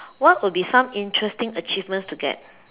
what will be some interesting achievements to get